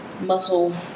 muscle